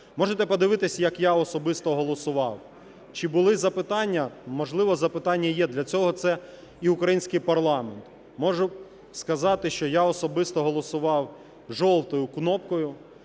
Можете подивитись, як я особисто голосував. Чи були запитання? Можливо, запитання є, для цього це і український парламент. Можу сказати, що я особисто голосував жовтою кнопкою